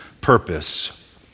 purpose